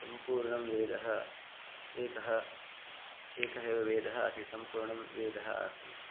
सम्पूर्णं वेदः एकः एकः एव वेदः आसीत् सम्पूर्णं वेदः आसीत्